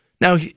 Now